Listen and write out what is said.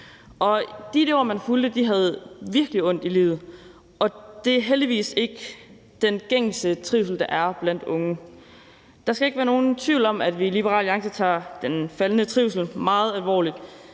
elever, man fulgte, havde virkelig ondt i livet. Det er heldigvis ikke den gængse trivsel, der er blandt unge. Der skal ikke være nogen tvivl om, at vi i Liberal Alliance tager den faldende trivsel meget alvorligt,